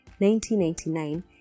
1999